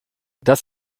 das